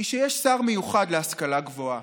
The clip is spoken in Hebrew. הוא שיש שר מיוחד להשכלה גבוהה,